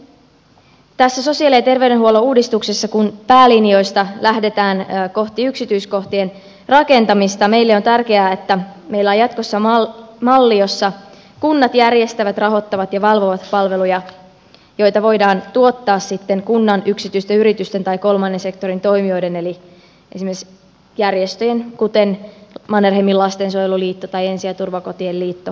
tässä sosiaali ja terveydenhuollon uudistuksessa kun päälinjoista lähdetään kohti yksityiskohtien rakentamista meille on tärkeää että meillä on jatkossa malli jossa kunnat järjestävät rahoittavat ja valvovat palveluja joita voidaan tuottaa sitten kunnan yksityisten yritysten tai kolmannen sektorin toimijoiden eli esimerkiksi järjestöjen kuten mannerheimin lastensuojeluliiton tai ensi ja turvakotien liiton toimesta